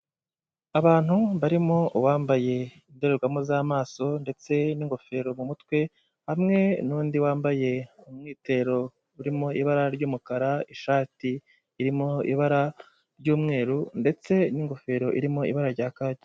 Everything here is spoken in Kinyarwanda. Abantu barimo bambaye indorerwamo z'amaso ndetse n'ingofero mu mutwe, hamwe n'undi wambaye umwitero urimo ibara ry'umukara, ishati irimo ibara ry'umweru ndetse n'ingofero irimo ibara rya kaki.